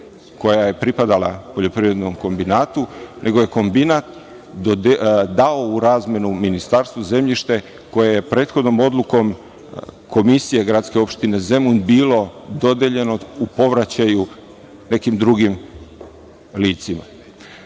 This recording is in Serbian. koja je pripadala poljoprivrednom kombinatu, nego je kombinat dao u razmenu ministarstvu zemljište koje je prethodnom odlukom komisije gradske opštine Zemun bilo dodeljeno u povraćaju nekim drugim